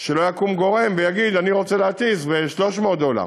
שלא יקום גורם ויגיד: אני רוצה להטיס ב-300 דולר,